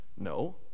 No